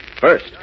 First